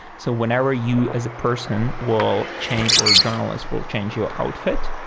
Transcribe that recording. so whenever you as a person will change or a journalist will change your outfit,